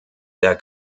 der